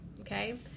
Okay